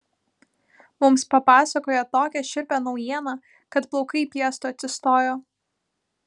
mums papasakojo tokią šiurpią naujieną kad plaukai piestu atsistojo